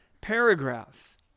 paragraph